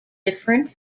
different